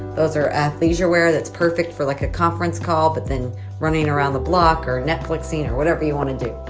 those are athleisure wear that's perfect for, like, a conference call but then running around the block or netflixing or whatever you want to do.